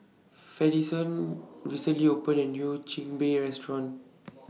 Fidencio recently opened A New Chigenabe Restaurant